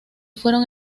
fueron